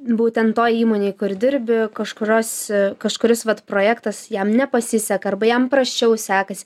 būtent toj įmonėj kur dirbi kažkurios kažkuris vat projektas jam nepasiseka arba jam prasčiau sekasi